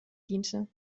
diente